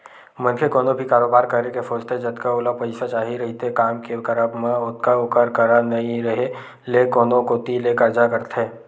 मनखे कोनो भी कारोबार करे के सोचथे जतका ओला पइसा चाही रहिथे काम के करब म ओतका ओखर करा नइ रेहे ले कोनो कोती ले करजा करथे